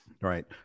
Right